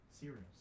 cereals